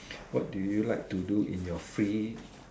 what do you like to do in your free